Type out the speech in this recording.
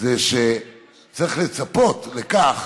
שצריך לצפות לכך,